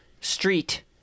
Street